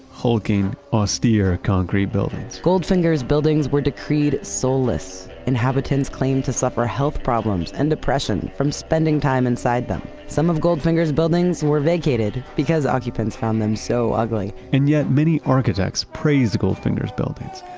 hulking, austere concrete building goldfinger's buildings were decreed soulless. inhabitants claim to suffer health problems and depression from spending time inside them. some of goldfinger's buildings were vacated because occupants found them so ugly and yet many architects praise goldfinger's buildings.